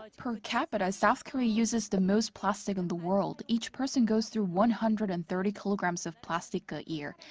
like per capita, south korea uses the most plastic in the world. each person goes through one-hundred and thirty kilograms of plastic a year.